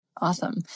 Awesome